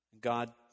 God